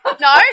No